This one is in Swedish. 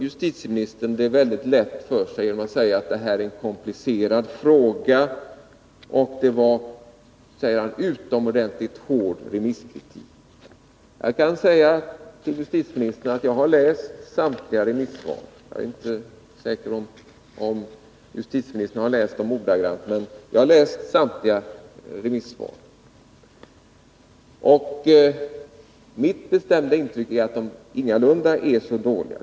Justitieministern gör det väldigt lätt för sig genom att säga att det här är en komplicerad fråga och att det var oerhört hård remisskritik. Jag kan säga till justitieministern att jag har läst samtliga remissvar — jag vet inte säkert om justitieministern har läst dem ordagrant. Mitt bestämda intryck är att de ingalunda är så negativa.